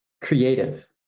creative